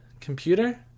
computer